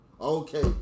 Okay